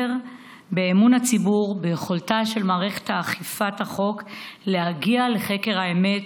באמון הציבור ביכולתה של מערכת אכיפת החוק להגיע לחקר האמת